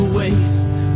waste